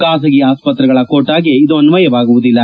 ಖಾಸಗಿ ಆಸ್ಪತ್ರೆಗಳ ಕೋಟಾಗೆ ಇದು ಅನ್ನಯವಾಗುವುದಿಲ್ಲ